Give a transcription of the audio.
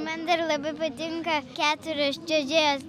man dar labai patinka keturios čiuožėjos